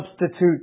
substitute